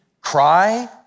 cry